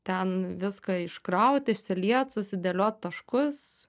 ten viską iškraut išsiliet susidėliot taškus